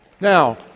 now